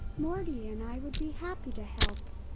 morty and i would be happy to help.